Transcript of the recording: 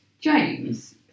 James